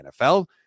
NFL